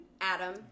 Adam